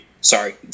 sorry